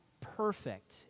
perfect